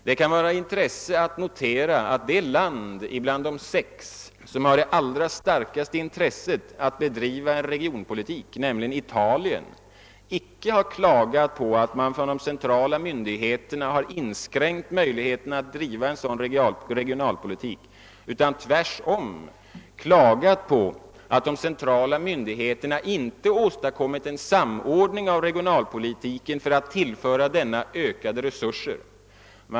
Det kan vara av intresse att notera, att det land bland De sex som har det allra starkaste intresset av att bedriva en regionpolitik, nämligen Italien, icke har klagat på att de centrala myndigheterna har inskränkt möjligheterna att bedriva en sådan regionalpolitik utan tvärtom klagat på att dessa inte åstadkommit en samordning av regionalpolitiken för att tillföra denna ökade resurser.